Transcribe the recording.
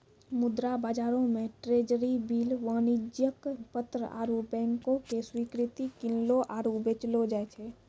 मुद्रा बजारो मे ट्रेजरी बिल, वाणिज्यक पत्र आरु बैंको के स्वीकृति किनलो आरु बेचलो जाय छै